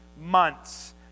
months